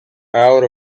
out